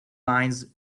lines